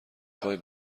خوای